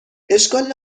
اشکال